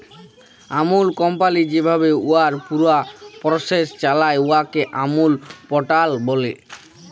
আমূল company যেভাবে উয়ার পুরা পরসেস চালায়, উয়াকে আমূল প্যাটার্ল ব্যলে